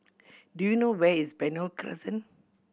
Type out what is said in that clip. do you know where is Benoi Crescent